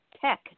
tech